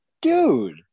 Dude